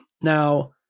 Now